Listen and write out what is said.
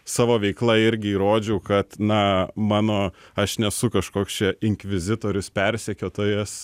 savo veikla irgi įrodžiau kad na mano aš nesu kažkoks čia inkvizitorius persekiotojas